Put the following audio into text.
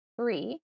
three